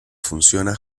funciona